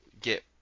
get